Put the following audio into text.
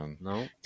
no